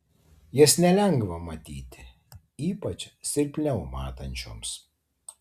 jas nelengva matyti ypač silpniau matančioms